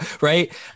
Right